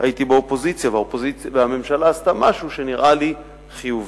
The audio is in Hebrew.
הייתי באופוזיציה והממשלה עשתה משהו שנראה לי חיובי.